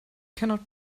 cannot